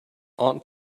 aunt